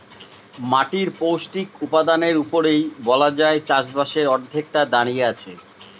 মাটির পৌষ্টিক উপাদানের উপরেই বলা যায় চাষবাসের অর্ধেকটা দাঁড়িয়ে আছে